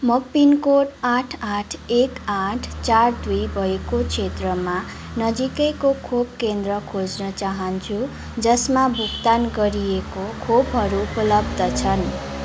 म पिनकोड आठ आठ एक आठ चार दुई भएको क्षेत्रमा नजिकैको खोप केन्द्र खोज्न चाहन्छु जसमा भुक्तान गरिएको खोपहरू उपलब्ध छन्